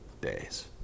days